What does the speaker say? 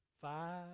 five